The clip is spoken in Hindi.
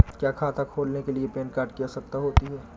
क्या खाता खोलने के लिए पैन कार्ड की आवश्यकता होती है?